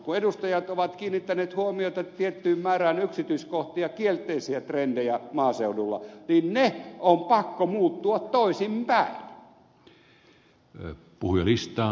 kun edustajat ovat kiinnittäneet huomiota tiettyyn määrään yksityiskohtia kielteisiä trendejä maaseudulla niin niiden on pakko muuttua toisinpäin